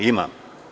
Imam.